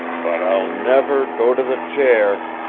but i'll never go to the chair!